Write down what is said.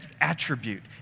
attribute